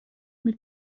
mit